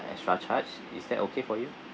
extra charge is that okay for you